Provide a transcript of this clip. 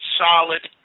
solid